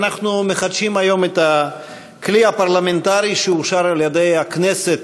אנחנו מחדשים היום את הכלי הפרלמנטרי שאושר על-ידי הכנסת